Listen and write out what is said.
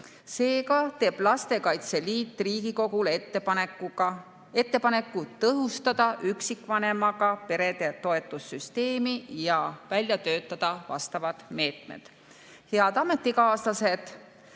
Seega teeb Lastekaitse Liit Riigikogule ettepaneku tõhustada üksikvanemaga perede toetussüsteemi ja välja töötada vastavad meetmed. Head ametikaaslased!